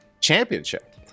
championship